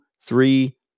three